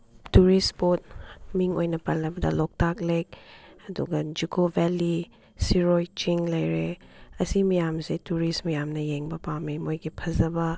tourist ꯏꯁꯄꯣꯠ ꯃꯤꯡ ꯑꯣꯏꯅ ꯄꯜꯂꯕꯗ ꯂꯣꯛꯇꯥꯛ ꯂꯦꯛ ꯑꯗꯨꯒ ꯖꯨꯀꯣ ꯕꯦꯜꯂꯤ ꯁꯤꯔꯣꯏ ꯆꯤꯡ ꯂꯩꯔꯦ ꯑꯁꯤ ꯃꯌꯥꯝꯁꯦ ꯇꯨꯔꯤꯁ ꯃꯌꯥꯝꯅ ꯌꯦꯡꯕ ꯄꯥꯝꯃꯦ ꯃꯣꯏꯒꯤ ꯐꯖꯕ